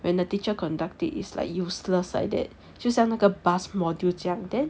when the teacher conduct it is like useless like that 就像那个 B_U_S module 这样